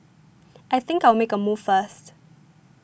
I think I'll make a move first